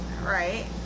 right